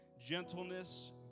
gentleness